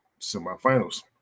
semifinals